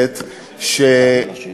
החוק, הוא אמר: זה נשמע לי הזוי שצריך